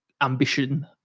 ambition